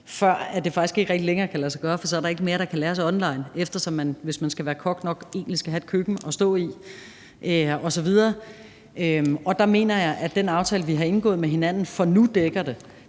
rigtig længere kan lade sig gøre, fordi der så ikke er mere, der kan læres af online, eftersom man, hvis man skal være kok, egentlig nok skal have et køkken at stå i osv., så mener jeg, at den aftale, vi har indgået med hinanden, dækker det